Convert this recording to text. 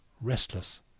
restless